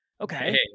Okay